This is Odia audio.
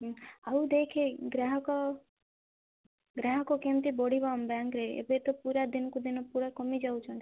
ଆଉ ଦେଖେ ଗ୍ରାହକ ଗ୍ରାହକ କେମିତି ବଢ଼ିବ ଆମ ବ୍ୟାଙ୍କରେ ଏବେ ତ ପୁରା ଦିନକୁ ଦିନ ପୁରା କମି ଯାଉଛନ୍ତି